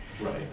Right